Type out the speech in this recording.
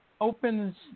opens